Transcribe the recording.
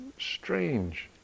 strange